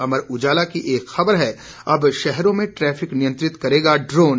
अमर उजाला की एक खबर है अब शहरों में ट्रैफिक नियंत्रित करेगा ड्रोन